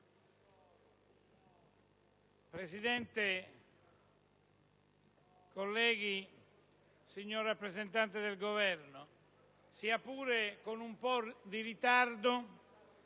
Presidente, colleghi, signor rappresentante del Governo, sia pure con un po' di ritardo